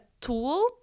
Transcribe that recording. tool